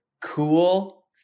cool